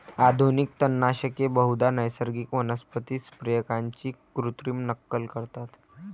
आधुनिक तणनाशके बहुधा नैसर्गिक वनस्पती संप्रेरकांची कृत्रिम नक्कल करतात